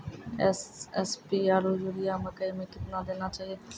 SSP urea यूरिया मकई मे कितना देना चाहिए?